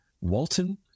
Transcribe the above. Walton